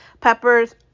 peppers